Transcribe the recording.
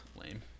lame